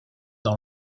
dans